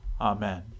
Amen